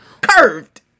Curved